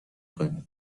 کنی